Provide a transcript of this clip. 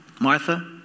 Martha